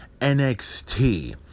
NXT